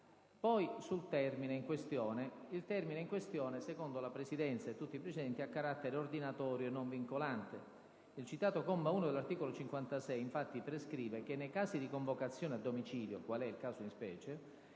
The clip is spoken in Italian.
condivisa della discussione. Il termine in questione, secondo la Presidenza e tutti i precedenti, ha carattere ordinatorio e non vincolante. Il citato comma 1 dell'articolo 56 infatti prescrive che nei casi di convocazione a domicilio, quale è il caso in specie,